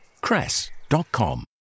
Cress.com